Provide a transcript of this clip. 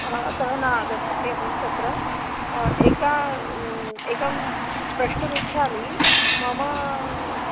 हा अतः नागतवती अहं अत्र एकम् एकं प्रष्टुमिच्छामि मम